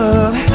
Love